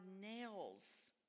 nails